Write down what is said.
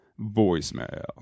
voicemail